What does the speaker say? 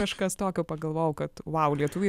kažkas tokio pagalvojau kad vau lietuviai